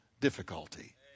difficulty